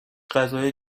غذای